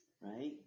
Right